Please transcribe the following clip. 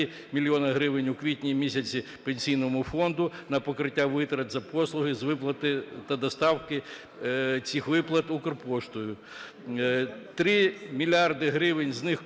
мільйони гривень у квітні місяці Пенсійному фонду на покриття витрат за послуги з виплати та доставки цих виплат "Укрпоштою"; 3 мільярди гривень, з них